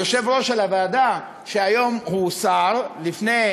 היושב-ראש של הוועדה, שהיום הוא שר, לפני